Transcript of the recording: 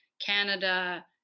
Canada